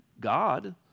God